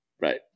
Right